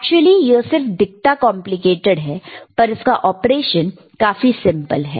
actually यह सिर्फ दिखता कॉम्प्लिकेटेड है पर इसका ऑपरेशन काफी सिंपल है